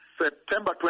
September